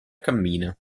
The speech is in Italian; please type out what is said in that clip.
cammina